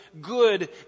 good